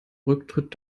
rücktritt